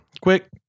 Quick